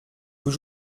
vous